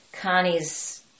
Connie's